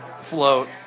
float